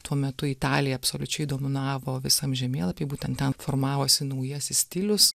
tuo metu italija absoliučiai dominavo visam žemėlapy būtent ten formavosi naujasis stilius